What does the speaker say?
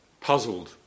puzzled